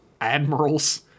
admirals